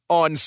on